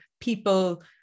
people